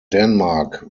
denmark